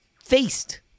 faced